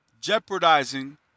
jeopardizing